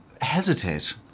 hesitate